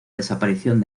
desaparición